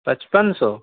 پچپن سو